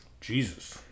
Jesus